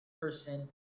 person